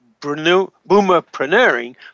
boomerpreneuring